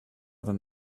them